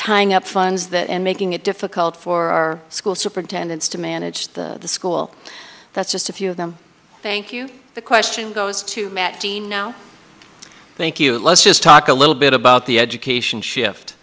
tying up funds that and making it difficult for our school superintendents to manage the school that's just a few of them thank you the question goes to the now thank you let's just talk a little bit about the education shift